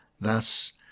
Thus